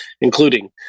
including